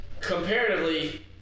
comparatively